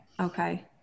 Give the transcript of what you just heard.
okay